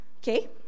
okay